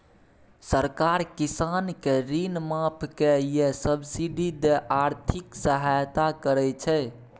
सरकार किसान केँ ऋण माफ कए या सब्सिडी दए आर्थिक सहायता करै छै